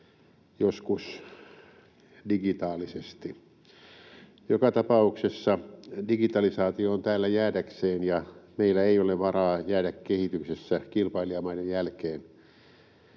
joskus digitaalisesti. Joka tapauksessa digitalisaatio on täällä jäädäkseen, ja meillä ei ole varaa jäädä kehityksessä kilpailijamaiden jälkeen.